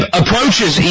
approaches